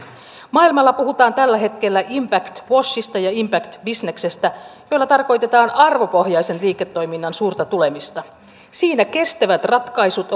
maailmalla puhutaan tällä hetkellä impact washista ja impact businessistä joilla tarkoitetaan arvopohjaisen liiketoiminnan suurta tulemista siinä kestävät ratkaisut